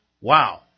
Wow